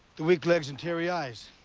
the weak legs and tearing eyes.